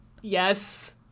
yes